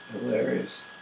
hilarious